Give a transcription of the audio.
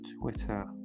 Twitter